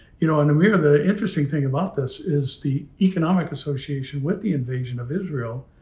you know, and amir the interesting thing about this is the economic association with the invasion of israel.